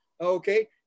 okay